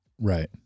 Right